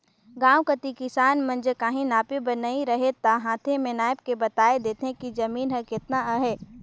गाँव कती किसान मन जग काहीं नापे बर नी रहें ता हांथे में नाएप के बताए देथे कि जमीन हर केतना अहे